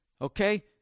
Okay